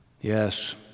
Yes